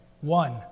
one